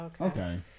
Okay